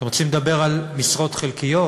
אתם רוצים לדבר על משרות חלקיות?